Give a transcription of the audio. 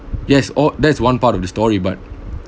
yes all that's one part of the story but